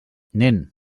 nen